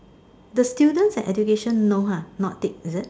the students and education no !huh! not ticked is it